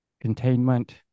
containment